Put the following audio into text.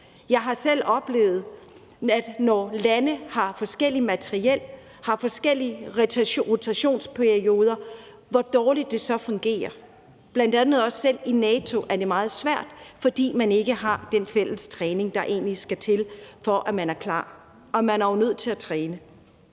dårligt det fungerer, når lande har forskelligt materiel, når de har forskellige rotationsperioder. Selv bl.a. også i NATO er det meget svært, fordi man ikke har den fælles træning, der egentlig skal til, for at man er klar, og man er jo nødt til at træne.